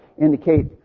indicate